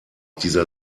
dieser